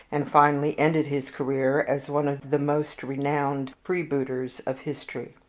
and finally ended his career as one of the most renowned freebooters of history.